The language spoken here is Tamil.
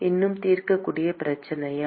இன்னும் தீர்க்கக்கூடிய பிரச்சனையா